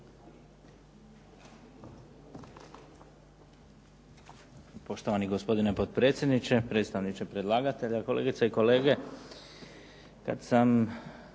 Poštovani gospodine potpredsjedniče, predstavniče predlagatelja, kolegice i kolege. Kad sam